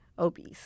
Obese